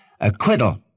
acquittal